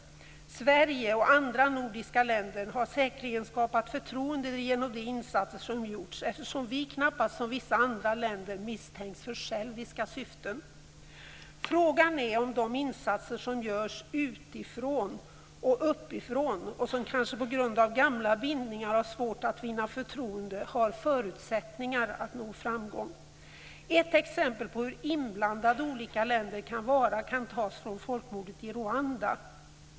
Sverige och andra nordiska länder har säkerligen skapat förtroende genom de insatser som gjorts, eftersom vi knappast, som vissa andra länder, misstänks för själviska syften. Frågan är om de insatser som görs utifrån och uppifrån, och som kanske på grund av gamla bindningar har svårt att vinna förtroende, har förutsättningar att nå framgång. Ett exempel på hur inblandade olika länder kan vara kan tas från folkmordet i Rwanda.